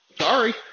Sorry